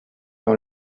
dans